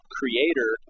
creator